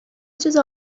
چیزو